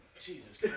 Jesus